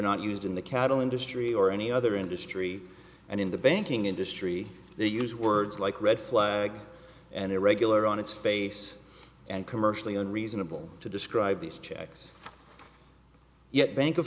not used in the cattle industry or any other industry and in the banking industry they use words like red flag and irregular on its face and commercially on reasonable to describe these checks yet bank of